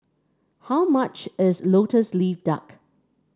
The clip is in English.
how much is lotus leaf duck